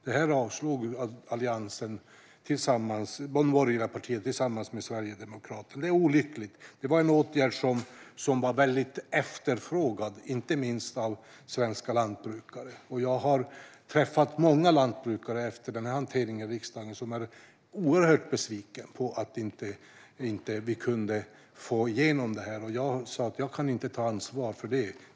Det avslog de borgerliga partierna tillsammans med Sverigedemokraterna. Det är olyckligt. Det var en åtgärd som var väldigt efterfrågad, inte minst av svenska lantbrukare. Jag har träffat många lantbrukare efter hanteringen i riksdagen som är oerhört besvikna på att vi inte kunde få igenom det. Jag sa att jag inte kan ta ansvar för det.